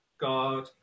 God